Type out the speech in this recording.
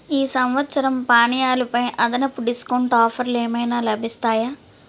ఈ సంవత్సరం పానీయాలు పై అదనపు డిస్కౌంట్ ఆఫర్లు ఏమైనా లభిస్తాయా